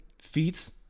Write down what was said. feats